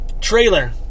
trailer